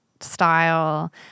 style